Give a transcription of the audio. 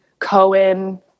Cohen